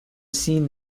seen